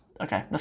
Okay